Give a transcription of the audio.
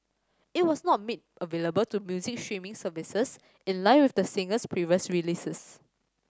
it was not made available to music streaming services in line with the singer's previous releases